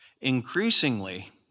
Increasingly